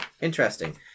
interesting